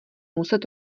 muset